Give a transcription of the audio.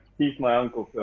he's my uncle.